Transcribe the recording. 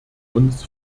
uns